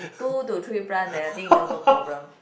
two to three plant then I think no problem